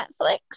Netflix